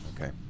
Okay